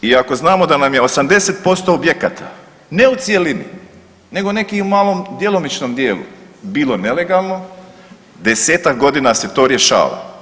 Iako znamo da nam je 80% objekata ne u cjelini nego neki u malom djelomičnom djelu bilo nelegalno, desetak godina se to rješava.